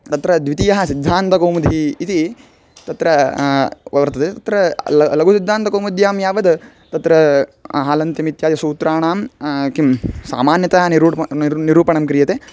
तत्र द्वितीयः सिद्धान्तकौमुदी इति तत्र वर्तते तत्र ल लघुसिद्धान्तकौमुद्यां यावद् तत्र हलन्त्यम् इत्यादिसूत्राणां किं सामान्यता निरुपणं निर् निरूपणं क्रियते